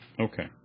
Okay